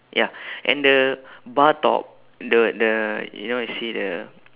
ya and the bar top the the you know you see the